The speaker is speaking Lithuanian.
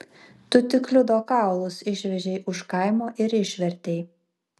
tu tik liudo kaulus išvežei už kaimo ir išvertei